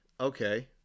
Okay